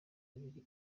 abiri